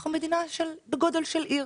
אנחנו מדינה בגודל של עיר.